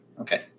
Okay